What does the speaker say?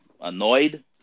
annoyed